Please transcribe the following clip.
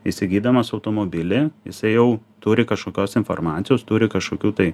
įsigydamas automobilį jisai jau turi kažkokios informacijos turi kažkokių tai